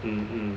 mmhmm